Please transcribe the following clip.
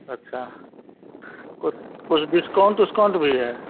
अच्छा कुछ कुछ डिस्काउंट विस्काउंट भी है